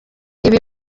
ibi